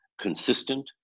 consistent